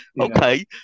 Okay